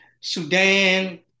Sudan